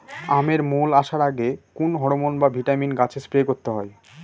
আমের মোল আসার আগে কোন হরমন বা ভিটামিন গাছে স্প্রে করতে হয়?